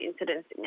incidents